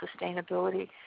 sustainability